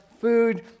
food